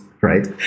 right